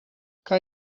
kan